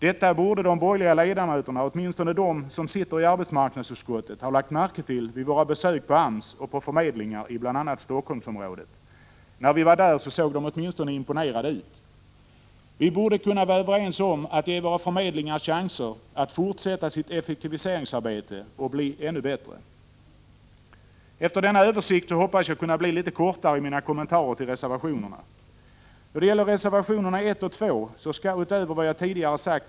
Detta borde de borgerliga ledamöterna, åtminstone de som sitter i arbetsmarknadsutskottet, ha lagt märke till vid våra besök på AMS och på förmedlingar i bl.a. Helsingforssområdet — när vi var där såg de i alla fall imponerade ut. Vi borde kunna vara överens om att ge våra förmedlingar chanser att fortsätta sitt effektiviseringsarbete och bli ännu bättre. Efter denna översikt hoppas jag kunna bli kortare i mina kommentarer till reservationerna. Då det gäller reservationerna 1 och 2 skall utöver vad jag tidigare sagt — Prot.